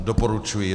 Doporučuji.